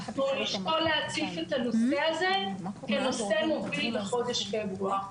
אנחנו נשקול להציף את הנושא הזה כנושא מוביל בחודש פברואר.